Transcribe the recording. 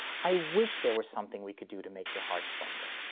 i wish there were something we could do to make your heart stronger.